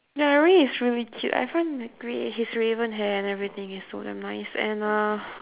ya ray is really cute I find like ray his raven hair and everything is so damn nice and uh